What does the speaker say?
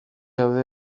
daude